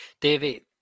David